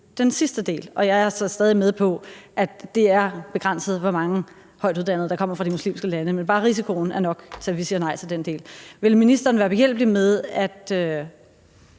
den sidste del. Jeg er så stadig med på, at det er begrænset, hvor mange højtuddannede der kommer fra de muslimske lande, men bare risikoen er nok til, at vi siger nej til den del. Vil ministeren være behjælpelig med at